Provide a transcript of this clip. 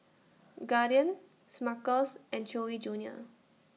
Guardian Smuckers and Chewy Junior